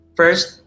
first